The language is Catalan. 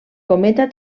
cometa